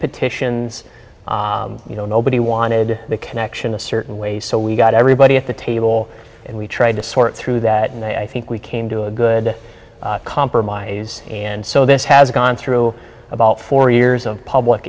petitions you know nobody wanted the connection a certain way so we got everybody at the table and we tried to sort through that and i think we came to a good compromise and so this has gone through about four years of public